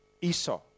Esau